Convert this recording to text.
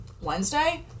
Wednesday